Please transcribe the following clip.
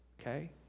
Okay